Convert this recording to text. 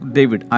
David